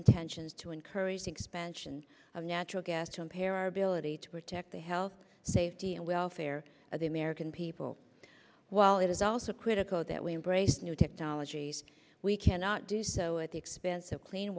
intentions to encourage the expansion of natural gas to impair our ability to protect the health safety and welfare of the american people while it is also critical that we embrace new technologies we cannot do so at the expense of clean